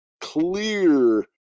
clear